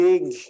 Big